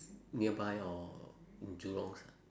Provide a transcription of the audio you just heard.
nearby or jurong side